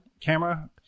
camera